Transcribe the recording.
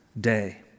day